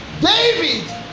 david